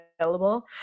available